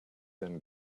and